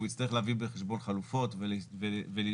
שהוא יצטרך להביא בחשבון חלופות ולהיות